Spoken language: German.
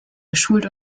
geschult